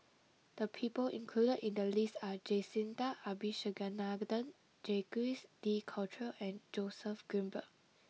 the people included in the list are Jacintha Abisheganaden Jacques de Coutre and Joseph Grimberg